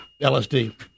LSD